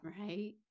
right